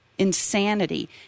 insanity